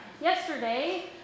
Yesterday